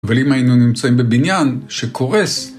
אבל אם היינו נמצאים בבניין שקורס